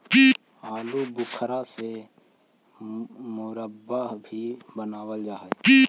आलू बुखारा से मुरब्बा भी बनाबल जा हई